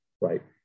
right